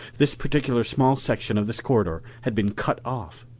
this particular small section of this corridor had been cut off.